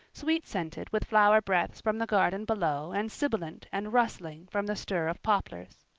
sweet-scented with flower breaths from the garden below and sibilant and rustling from the stir of poplars.